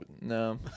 no